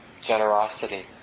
generosity